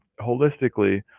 holistically